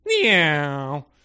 Meow